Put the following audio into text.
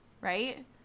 right